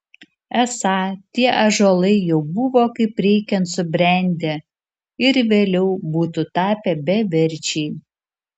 esą tie ąžuolai jau buvo kaip reikiant subrendę ir vėliau būtų tapę beverčiai